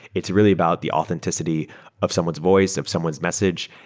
it's really about the authenticity of someone's voice, of someone's message,